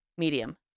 medium